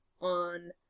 on